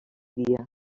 dia